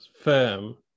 firm